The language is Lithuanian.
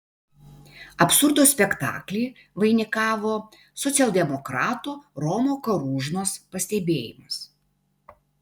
absurdo spektaklį vainikavo socialdemokrato romo karūžnos pastebėjimas